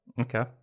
okay